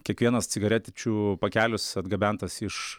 kiekvienas cigarečių pakelis atgabentas iš